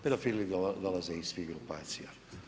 Pedofili dolaze iz svih grupacija.